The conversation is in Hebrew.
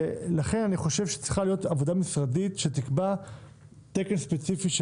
לכן אני חושב שצריכה להיות עבודה משרדית שתקבע תקן ספציפי של